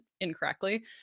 incorrectly